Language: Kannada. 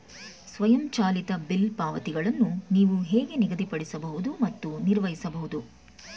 ಸ್ವಯಂಚಾಲಿತ ಬಿಲ್ ಪಾವತಿಗಳನ್ನು ನೀವು ಹೇಗೆ ನಿಗದಿಪಡಿಸಬಹುದು ಮತ್ತು ನಿರ್ವಹಿಸಬಹುದು?